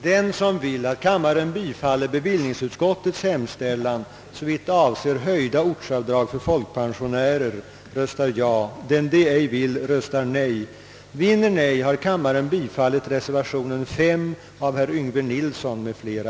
Herr talman! Jag ber att få anmäla att jag i voteringen rörande höjda ortsavdrag för folkpensionärer råkade rösta nej men avsåg att rösta ja.